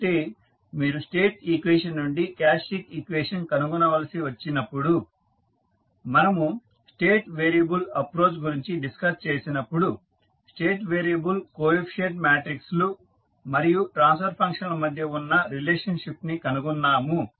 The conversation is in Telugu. అంటే మీరు స్టేట్ ఈక్వేషన్ నుండి క్యారెక్టరిస్టిక్ ఈక్వేషన్ కనుగొనవలసి వచ్చినప్పుడు మనము స్టేట్ వేరియబుల్ అప్రోచ్ గురించి డిస్కస్ చేసినప్పుడు స్టేట్ వేరియబుల్ కోఎఫీసియంట్ మాట్రిక్స్ లు మరియు ట్రాన్స్ఫర్ ఫంక్షన్ మధ్య ఉన్న రిలేషన్షిప్ ని కనుగొన్నాము